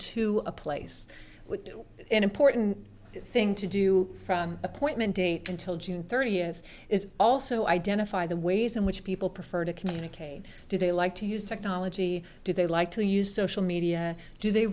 to a place with an important thing to do from appointment date until june thirtieth is also identify the ways in which people prefer to communicate do they like to use technology do they like to you social media do they